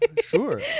sure